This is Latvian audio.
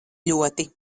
ļoti